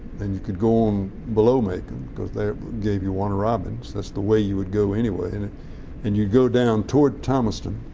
then you could go on below macon because that gave you warner robbins. that's the way you would go anyway, and you'd go down toward thomaston.